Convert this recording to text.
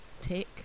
tick